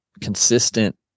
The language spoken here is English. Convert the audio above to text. consistent